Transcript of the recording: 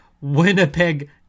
Winnipeg